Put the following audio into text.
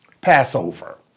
Passover